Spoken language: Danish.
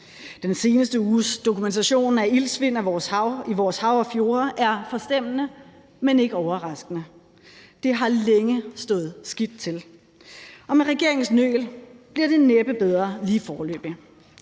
Den seneste uges dokumentation af iltsvind i vores hav og fjorde er forstemmende, men ikke overraskende. Det har længe stået skidt til, og med regeringens nøl bliver det næppe bedre lige foreløbig.